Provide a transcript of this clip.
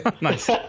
Nice